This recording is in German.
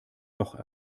doch